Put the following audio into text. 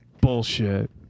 Bullshit